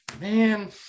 man